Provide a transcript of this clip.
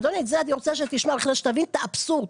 אדוני, זה אני רוצה שתשמע, שתבין את האבסורד.